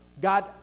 God